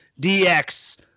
DX